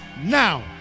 now